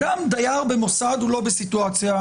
אדם, דייר במוסד הוא לא בסיטואציה.